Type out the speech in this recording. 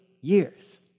years